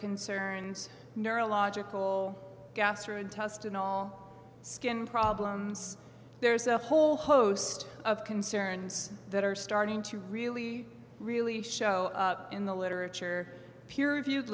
concerns neurological gastrointestinal skin problems there's a whole host of concerns that are starting to really really show up in the literature peer reviewed